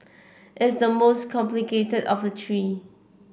it's the most complicated of the three